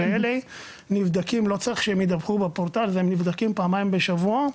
לא צריך שהם ידווחו בפורטל והם נבדקים פעמיים בשבוע.